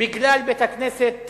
בגלל בית-הכנסת,